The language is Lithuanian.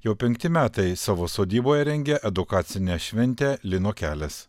jau penkti metai savo sodyboje rengia edukacinę šventę lino kelias